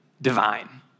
divine